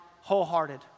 wholehearted